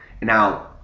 Now